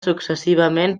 successivament